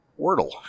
Wordle